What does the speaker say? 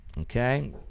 okay